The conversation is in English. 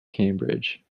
cambridge